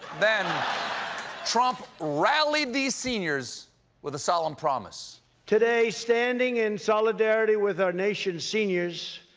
then trump rallied these seniors with a solemn promise today, standing in solidarity with our nation's seniors,